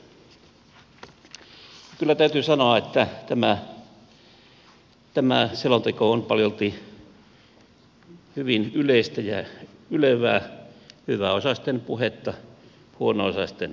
kyllä täytyy sanoa että tämä selonteko on paljolti hyvin yleistä ja ylevää hyväosaisten puhetta huono osaisten asemasta